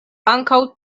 ankaŭ